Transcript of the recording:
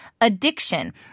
addiction